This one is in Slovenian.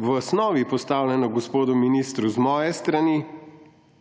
v osnovi postavljeno gospodu ministru z moje strani,